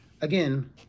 again